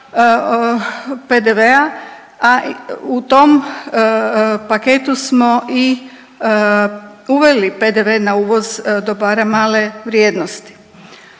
a u tom paketu smo i uveli PDV na uvoz dobara male vrijednosti.